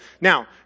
Now